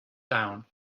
down